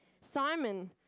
Simon